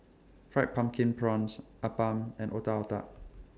Fried Pumpkin Prawns Appam and Otak Otak